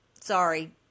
sorry